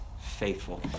faithful